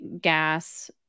gas